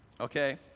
Okay